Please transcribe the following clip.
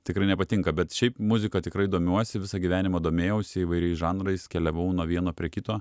tikrai nepatinka bet šiaip muzika tikrai domiuosi visą gyvenimą domėjausi įvairiais žanrais keliavau nuo vieno prie kito